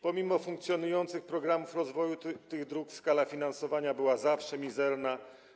Pomimo funkcjonujących programów rozwoju tych dróg skala finansowania była zawsze mizerna.